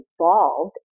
involved